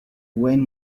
wayne